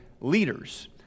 leaders